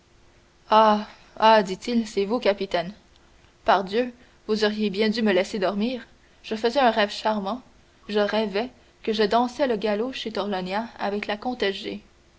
ah dit-il c'est vous capitaine pardieu vous auriez bien dû me laisser dormir je faisais un rêve charmant je rêvais que je dansais le galop chez torlonia avec la comtesse